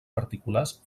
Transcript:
particulars